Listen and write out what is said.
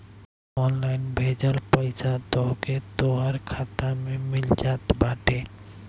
online भेजल पईसा तोहके तोहर खाता में मिल जात बाटे